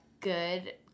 good